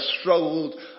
struggled